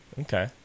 Okay